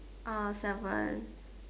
uh seven